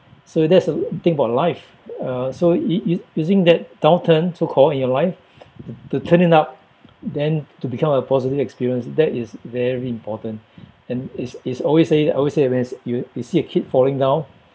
so that's the thing about life uh so u~ u~ using that downturn so called in your life to turn it up then to become a positive experience that is very important and it's it's always say I always say when you s~ you you see a kid falling down